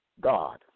God